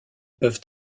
peuvent